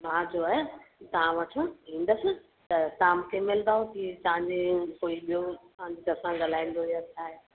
मां जो आहे तव्हां वटि ईंदस त तव्हां मूंखे मिलंदो की तव्हांजे कोई ॿियो दुकान ते तव्हां सां ॻलाईंदो या छा आहे